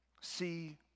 See